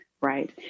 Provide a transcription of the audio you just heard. right